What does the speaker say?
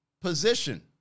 position